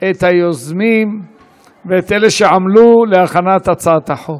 את היוזמים ואת אלה שעמלו על הכנת הצעת החוק.